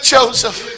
Joseph